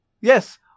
Yes